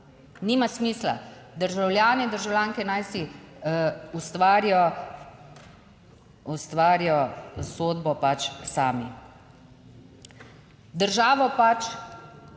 Nima smisla. Državljani in državljanke naj si ustvarijo sodbo, pač sami. Državo pač